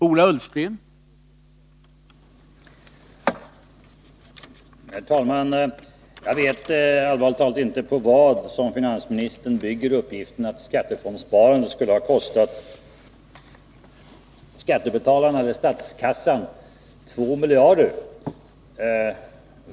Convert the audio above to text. Herr talman! Jag vet allvarligt talat inte på vad finansministern bygger uppgiften att skattefondssparandet skulle ha kostat skattebetalarna eller statskassan 2 miljarder.